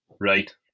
Right